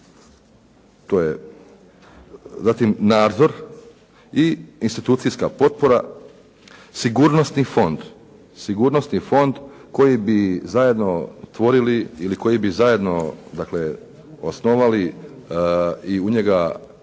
To je, zatim nadzor i institucijska potpora, sigurnosni fond koji bi zajedno tvorili ili koji bi zajedno dakle osnovali i u njega